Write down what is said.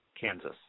Kansas